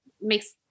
makes